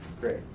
great